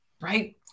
Right